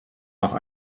noch